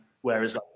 Whereas